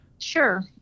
Sure